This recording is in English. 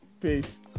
Peace